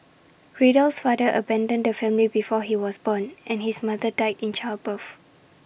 Riddle's father abandoned the family before he was born and his mother died in childbirth